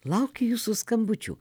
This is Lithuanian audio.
laukiu jūsų skambučių